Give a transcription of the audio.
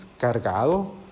Cargado